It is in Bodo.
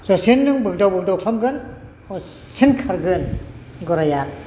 जेसेनो बोग्दाव बोग्दाव खालामगोन एसेनो खारगोन गराइआ